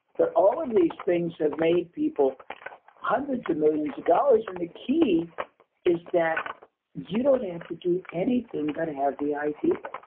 but all of these things have made people hundreds of millions of dollars. and the key is that you don't have to do anything but have the idea.